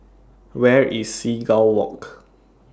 Where IS Seagull Walk